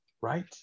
right